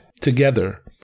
together